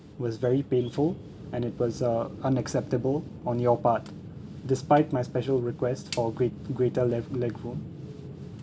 was very painful and it was uh unacceptable on your part despite my special request for great~ greater leg~ legroom